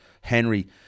Henry